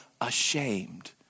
ashamed